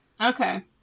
Okay